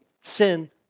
sin